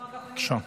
בבקשה,